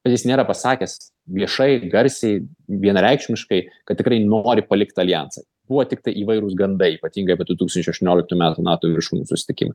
bet jis nėra pasakęs viešai garsiai vienareikšmiškai kad tikrai nori palikt aljansą buvo tiktai įvairūs gandai ypatingai apie du tūkstančiai aštuonioliktų metų nato viršūnių susitikimą